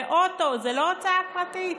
ואוטו זה לא הוצאה פרטית?